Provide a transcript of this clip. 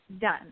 Done